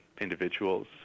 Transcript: individuals